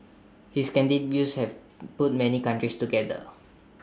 his candid views have put many countries together